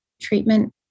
treatment